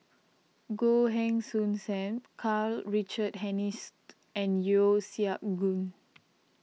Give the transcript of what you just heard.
Goh Heng Soon Sam Karl Richard Hanitsch and Yeo Siak Goon